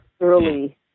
early